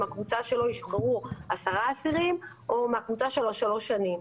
מהקבוצה שלו ישוחררו עשרה אסירים או מהקבוצה של השלוש שנים.